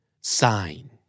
Sign